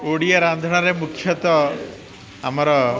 ଓଡ଼ିଆ ରାନ୍ଧଣାରେ ମୁଖ୍ୟତଃ ଆମର